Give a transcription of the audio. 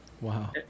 Wow